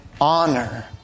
honor